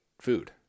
food